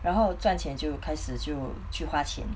然后赚钱就开始就就花钱